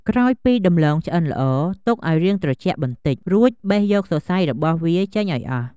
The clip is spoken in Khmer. ក្រោយពីដំឡូងឆ្អិនល្អ ទុកឲ្យរាងត្រជាក់បន្តិច រួចបេះយកសរសៃរបស់វាចេញឲ្យអស់។